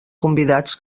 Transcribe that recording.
convidats